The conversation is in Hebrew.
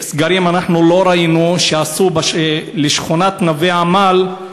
אנחנו לא ראינו שעשו סגרים לשכונת נווה-עמל,